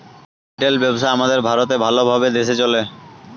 retail ব্যবসা আমাদের ভারতে ভাল ভাবে দ্যাশে চলে